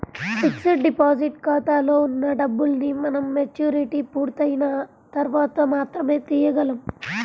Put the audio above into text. fixed deposit ఖాతాలో ఉన్న డబ్బుల్ని మనం మెచ్యూరిటీ పూర్తయిన తర్వాత మాత్రమే తీయగలం